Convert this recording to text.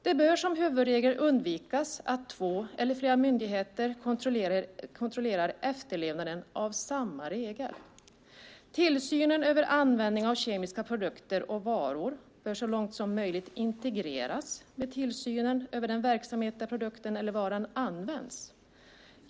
Det bör som huvudregel undvikas att två eller fler myndigheter kontrollerar efterlevnaden av samma regel. Tillsynen över användningen av kemiska produkter och varor bör så långt som möjligt integreras med tillsynen över den verksamhet där produkten eller varan används.